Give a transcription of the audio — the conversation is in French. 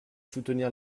soutenir